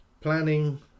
planning